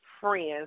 friends